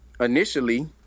initially